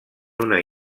una